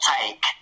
take